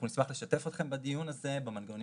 אנחנו נשמח לשתף אתכם בדיון הזה ובמנגנונים